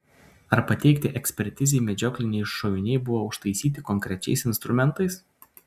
ar pateikti ekspertizei medžiokliniai šoviniai buvo užtaisyti konkrečiais instrumentais